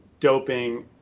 doping